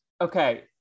okay